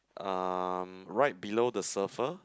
um right below the surfer